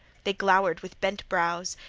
they glowered with bent brows,